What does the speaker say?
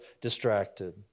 distracted